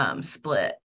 split